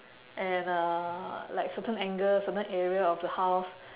and uh like certain angle certain area of the house